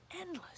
endless